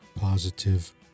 positive